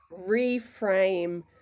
reframe